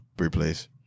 replace